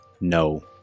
no